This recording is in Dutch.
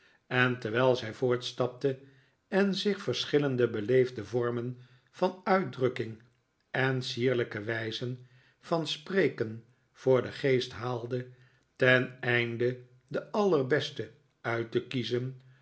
en terwijl zij voortstapte en zich verschillende beleefde vorraen van uitdrukking en sierlijke wijzen van spreken voor den geest haalde teneinde de allerbeste uit te kiezen